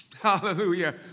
hallelujah